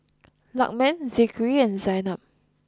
Lukman Zikri and Zaynab